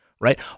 right